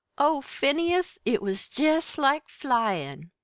oh, phineas, it was jest like flyin'!